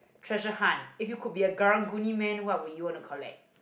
treasure hunt if you could be a karang-guni man what would you wanna collect